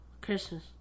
Christmas